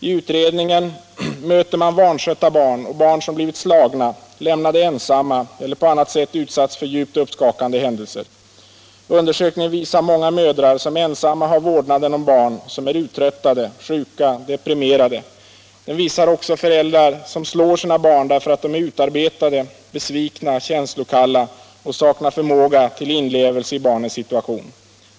I utredningen möter man vanskötta barn och barn som blivit slagna, lämnade ensamma eller på annat sätt utsatts för djupt uppskakande händelser. Undersökningen visar många mödrar som ensamma har vårdnaden om barn och som är uttröttade, sjuka och deprimerade. Den visar också föräldrar som slår sina barn därför att de är utarbetade, besvikna, känslokalla och saknar förmåga till inlevelse i barnens situation.